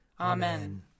Amen